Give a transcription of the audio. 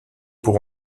pour